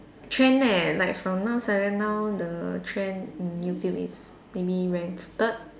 trend eh like from now now the trend in YouTube is maybe rank third